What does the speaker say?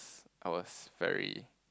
I was very